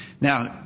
now